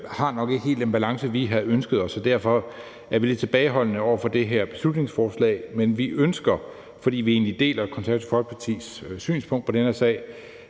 har nok ikke helt den balance, vi havde ønsket os. Derfor er vi lidt tilbageholdende over for det her beslutningsforslag. Men vi ønsker, fordi vi egentlig deler Det Konservative Folkepartis